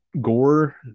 Gore